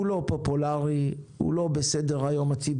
הוא לא פופולרי, הוא לא בסדר-היום הציבורי.